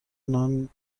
نان